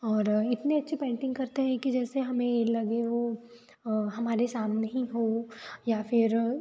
और इतनी अच्छी पेंटिंग करते हैं कि जैसे हमें लगे वो हमारे सामने ही हो या फिर